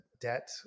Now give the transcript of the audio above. debt